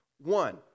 One